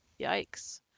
Yikes